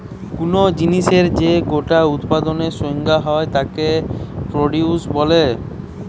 কুনো জিনিসের যে গোটা উৎপাদনের সংখ্যা হয় তাকে প্রডিউস বলে